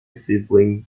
sibling